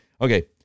Okay